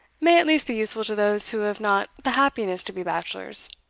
may at least be useful to those who have not the happiness to be bachelors,